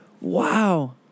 Wow